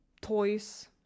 toys